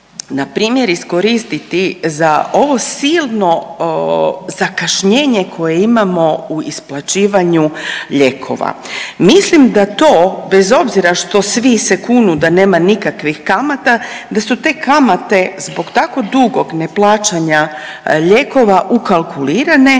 iskoristiti za ovo silno zakašnjenje koje imamo u isplaćivanju lijekova. Mislim da to bez obzira što svi se kunu da nema nikakvih kamata, da su te kamate zbog tako dugog neplaćanja lijekova ukalkulirane